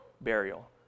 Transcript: burial